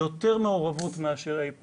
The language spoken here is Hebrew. יותר מעורבות מאשר אי פעם,